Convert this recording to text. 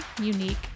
unique